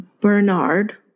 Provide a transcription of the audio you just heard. Bernard